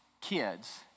kids